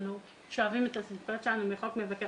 אנחנו שואבים את הסמכויות שלנו מחוק מבקר